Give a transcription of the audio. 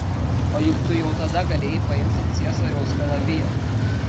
o juk tu jau tada galėjai paimti ciesoriaus kalaviją